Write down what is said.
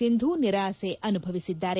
ಸಿಂಧು ನಿರಾಸೆ ಅನುಭವಿಸಿದ್ದಾರೆ